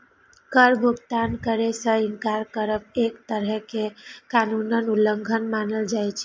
कर भुगतान करै सं इनकार करब एक तरहें कर कानूनक उल्लंघन मानल जाइ छै